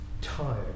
tired